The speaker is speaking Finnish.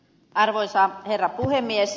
arvoisa herra puhemies